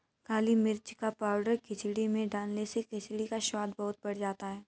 काली मिर्च का पाउडर खिचड़ी में डालने से खिचड़ी का स्वाद बहुत बढ़ जाता है